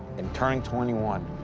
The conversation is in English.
and turning twenty one.